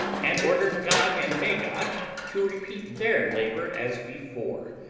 and ordered gog and magog to repeat their labour as before.